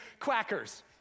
quackers